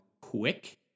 quick